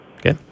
Okay